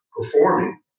performing